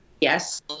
yes